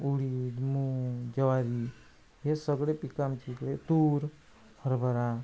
उडीद मूग ज्वारी हे सगळे पिकं आमच्या इकडे तूर हरभरा